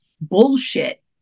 bullshit